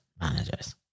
managers